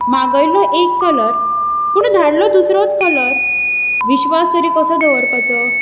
मागयल्लो एक कलर पुणू धाडलो दुसरोच कलर विश्वास तरी कसो दवरपाचो